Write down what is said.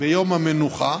ביום המנוחה,